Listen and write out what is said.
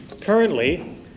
Currently